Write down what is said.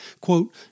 quote